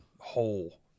whole